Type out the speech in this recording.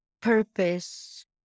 purpose